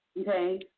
Okay